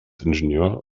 ingenieur